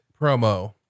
promo